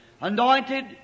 anointed